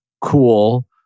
cool